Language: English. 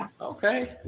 Okay